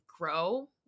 grow